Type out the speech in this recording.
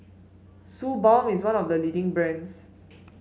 Suu Balm is one of the leading brands